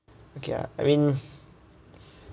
okay ah I mean